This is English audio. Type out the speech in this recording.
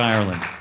Ireland